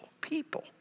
people